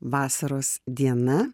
vasaros diena